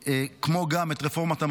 כמו גם את רפורמת המזון,